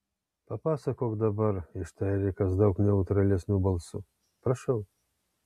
papasakok dabar ištarė erikas daug neutralesniu balsu prašau